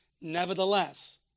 Nevertheless